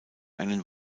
einen